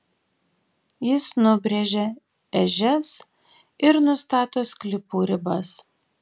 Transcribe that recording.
jis nubrėžia ežias ir nustato sklypų ribas